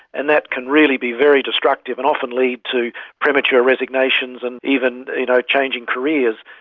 and that can really be very destructive and often lead to premature resignations and even you know changing careers.